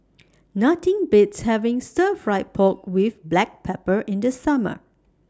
Nothing Beats having Stir Fry Pork with Black Pepper in The Summer